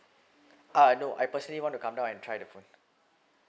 uh no I personally want to come down and try the phone